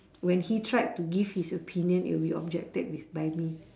when he tried to give his opinion it'll be objected with by me